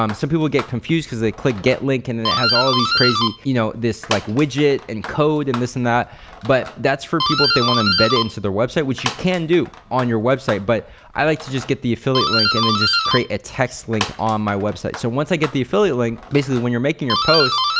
um some people get confused cause they click get link and it has all these crazy, you know this like widget and code and this and that but that's for people if they wanna embed it into their website which you can do on your website but i like to just get the affiliate link and then just create a text link on my website. so once i get the affiliate link, basically when you're making your post,